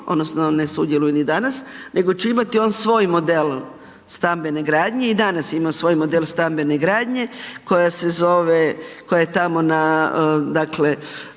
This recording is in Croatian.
odnosno ne sudjeluje ni danas nego će imati on svoj model stambene gradnje i danas ima svoj model stambene gradnje koja se zove, koja je tamo na dakle,